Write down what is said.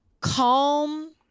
calm